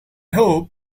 hope